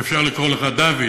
אם אפשר לקרוא לך דוד,